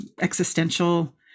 existential